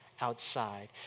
outside